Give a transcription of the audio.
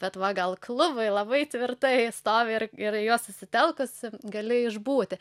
bet va gal klubai labai tvirtai stovi ir gerai į juos susitelkusi gali išbūti